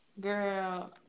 Girl